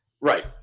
Right